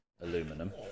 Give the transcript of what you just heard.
aluminum